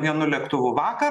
vienu lėktuvu vakar